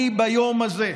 אני ביום הזה,